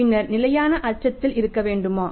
பின்னர் நிலையான அச்சத்தில் இருக்க வேண்டுமா